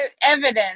evidence